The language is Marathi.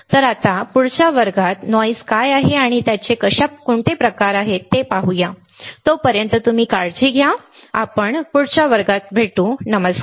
तर आता पुढच्या वर्गात आवाज कसा आहे आणि आवाज कशा प्रकारचे आहेत ते पाहूया तोपर्यंत तुम्ही काळजी घ्या मी पुढच्या वर्गात बघेन नमस्कार